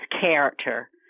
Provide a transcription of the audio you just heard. character